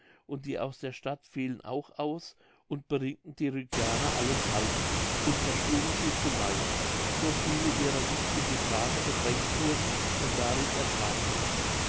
und die aus der stadt fielen auch aus und beringten die rügianer allenthalben und erschlugen sie zumeist so viele ihrer nicht in die trave gedrängt wurden und darin ertranken